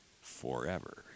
forever